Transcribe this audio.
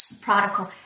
prodigal